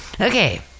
Okay